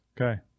Okay